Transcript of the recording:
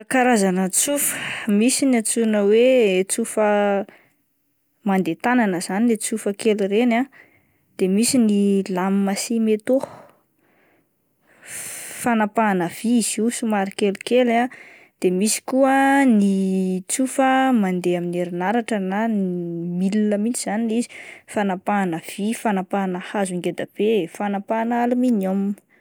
Karazana tsofa misy ny antsoina hoe tsofa mandeha tanàna izany le tsofa kely ireny, de misy ny lamina simetô f-fanapahana vy izy io somary kelikely ah ,de misy koa ny tsofa mandeha amin'ny herinaratra na milina mihintsy izany ilay izy, fanapahana vy, fanapahana hazo ngeda be, fanapahana alminioma.